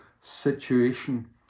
situation